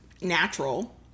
natural